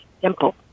simple